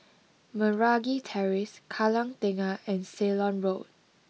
Meragi Terrace Kallang Tengah and Ceylon Road